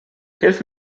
hilf